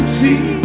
see